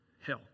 hell